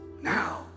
now